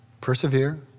persevere